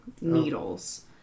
needles